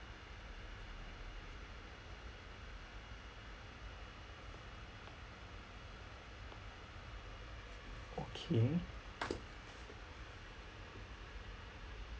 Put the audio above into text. okay